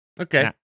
Okay